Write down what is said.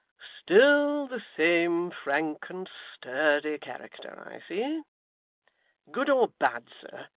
still the same frank and sturdy character, i see good or bad, sir,